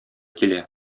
килә